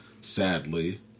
sadly